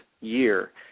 year